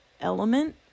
element